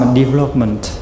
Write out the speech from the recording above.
development